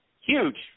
Huge